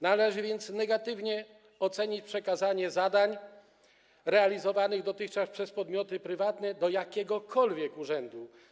Należy więc negatywnie ocenić przekazanie zadań realizowanych dotychczas przez podmioty prywatne do jakiegokolwiek urzędu.